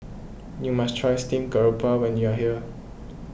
you must try Steamed Garoupa when you are here